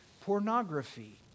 pornography